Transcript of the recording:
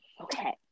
okay